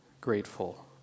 grateful